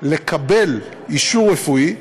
לקבל אישור רפואי,